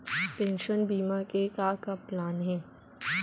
Pension बीमा के का का प्लान हे?